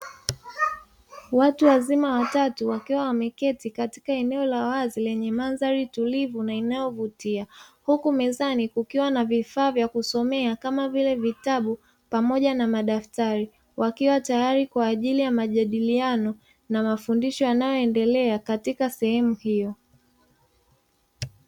Watu wazima watatu wakiwa wameketi katika eneo la wazi lenye mandhari tulivu na inayovutia; huku mezani kukiwa na vifaa vya kusomea, kama vile vitabu pamoja na madaftari. Wakiwa tayari kwa ajili ya majadiliano na mafundisho yanayoendelea katika sehemu hiyo.